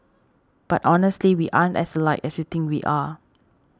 but honestly we aren't as alike as you think we are